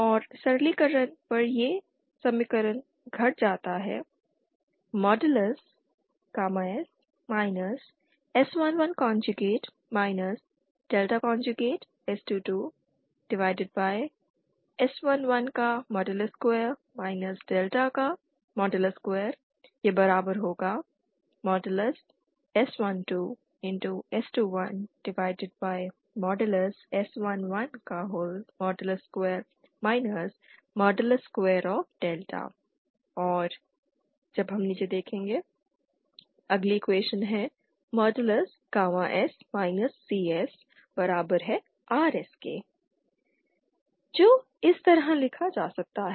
और सरलीकरण पर यह समीकरण घट जाता है S S11 S22S112 2S12S21S112 2 S CSRS जो इस तरह लिखा जा सकता है